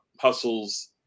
hustles